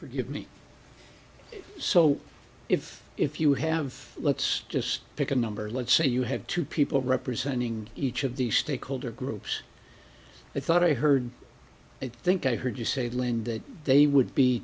forgive me so if if you have let's just pick a number let's say you have two people representing each of these stakeholder groups i thought i heard i think i heard you say lynn that they would be